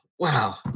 Wow